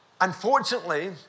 Unfortunately